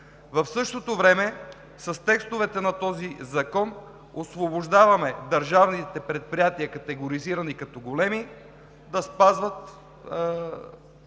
В същото време с текстовете на този закон освобождаваме държавните предприятия, категоризирани като големи, да спазват